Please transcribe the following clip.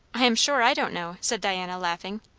i am sure i don't know, said diana, laughing.